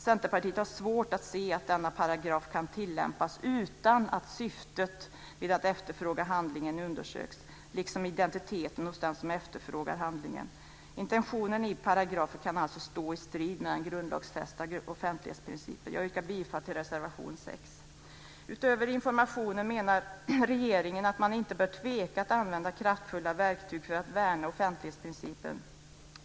Centerpartiet har svårt att se att denna paragraf kan tillämpas utan att syftet med att efterfråga handlingen undersöks liksom identiteten hos den som efterfrågar handlingen. Intentionen i paragrafen kan alltså stå i strid med den grundlagsfästa offentlighetsprincipen. Jag yrkar bifall till reservation 6. Utöver informationen menar regeringen att man inte bör tveka att använda kraftfulla verktyg för att värna offentlighetsprincipen.